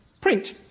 print